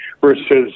Versus